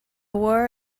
war